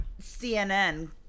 CNN